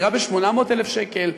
דירה ב-800,000 שקל,